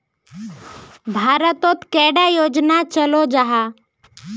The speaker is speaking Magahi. भारत तोत कैडा योजना चलो जाहा?